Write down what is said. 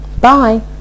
Bye